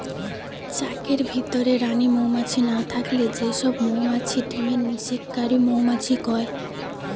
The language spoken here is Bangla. চাকের ভিতরে রানী মউমাছি না থাকলে যে সব মউমাছি ডিমের নিষেক কারি মউমাছি কয়